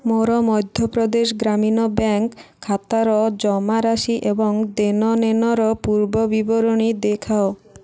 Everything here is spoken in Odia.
ମୋର ମଧ୍ୟପ୍ରଦେଶ ଗ୍ରାମୀଣ ବ୍ୟାଙ୍କ ଖାତାର ଜମାରାଶି ଏବଂ ଦେଣନେଣର ପୂର୍ବ ବିବରଣୀ ଦେଖାଅ